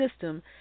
system